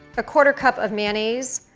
a quarter cup of mayonnaise,